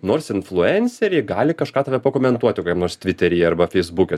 nors influenceriai gali kažką tave pakomentuoti kokiam nors tviteryje arba feisbuke